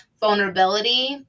vulnerability